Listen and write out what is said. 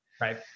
Right